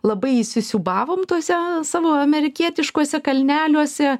labai įsisiūbavom tuose savo amerikietiškuose kalneliuose